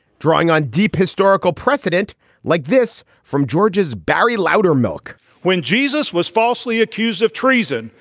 drawing on deep historical precedent like this from georgia's barry loudermilk when jesus was falsely accused of treason,